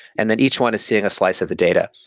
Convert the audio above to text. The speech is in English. and then each one is seeing a slice of the data.